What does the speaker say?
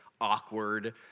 awkward